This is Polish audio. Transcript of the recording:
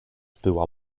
była